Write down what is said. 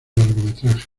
largometraje